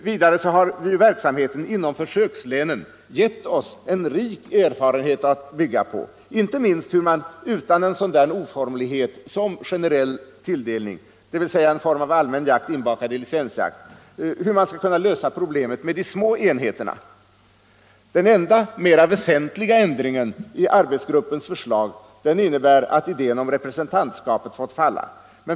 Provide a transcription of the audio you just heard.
Vidare har verksamheten inom försökslänen givit en rik erfarenhet att bygga på, inte minst av hur man utan en sådan oformlighet som generell tilldelning, dvs. en form av allmän jakt inbakad i licensjakt, skall lösa problemet med de små enheterna. Den enda mera väsentliga ändringen i arbetsgruppens förslag innebär att idén om representantskapet fått falla.